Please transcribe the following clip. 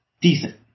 decent